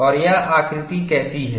और यह आकृति कैसी है